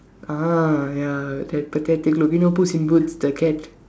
ah ya that pathetic look you know puss in boots that cat